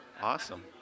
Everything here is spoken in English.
Awesome